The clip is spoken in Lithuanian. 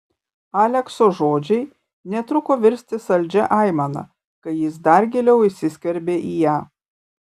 alekso žodžiai netruko virsti saldžia aimana kai jis dar giliau įsiskverbė į ją